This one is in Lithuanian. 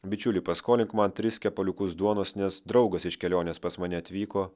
bičiuli paskolink man tris kepaliukus duonos nes draugas iš kelionės pas mane atvyko